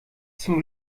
zum